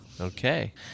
Okay